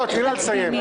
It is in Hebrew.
תני לה לסיים.